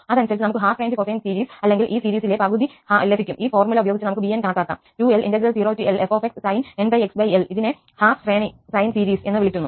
അതനുസരിച്ച് നമുക്ക് half range cosine series അല്ലെങ്കിൽ ഈ ശ്രേണിയിലെ പകുതി ശ്രേണി ലഭിക്കും ഈ ഫോർമുല ഉപയോഗിച്ച് നമുക്ക് 𝑏𝑛 കണക്കാക്കാം 2𝐿 ഇതിനെ അർദ്ധ ശ്രേണി സൈൻ സീരീസ് എന്ന് വിളിക്കുന്നു